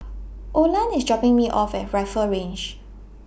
Olan IS dropping Me off At Rifle Range